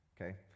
Okay